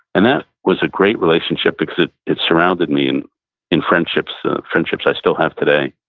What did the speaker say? and that was a great relationship, because it it surrounded me in in friendships friendships i still have today.